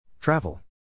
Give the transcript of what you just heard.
Travel